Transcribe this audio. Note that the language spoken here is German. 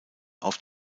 auf